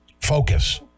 Focus